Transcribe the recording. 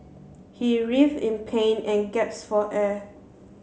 he writhed in pain and for air